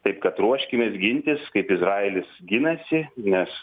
taip kad ruoškimės gintis kaip izraelis ginasi nes